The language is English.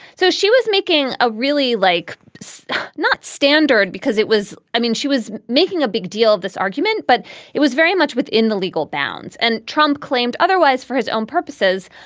so she was making a really like this not standard, because it was i mean, she was making a big deal of this argument, but it was very much within the legal bounds. and trump claimed otherwise for his own purposes,